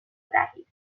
دهید